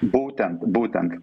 būtent būtent